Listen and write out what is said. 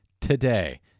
today